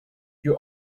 you